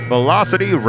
Velocity